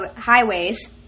highways